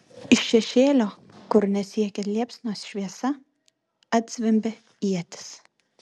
iš šešėlio kur nesiekė liepsnos šviesa atzvimbė ietis